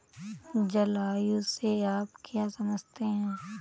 जलवायु से आप क्या समझते हैं?